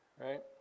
right